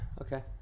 Okay